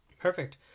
Perfect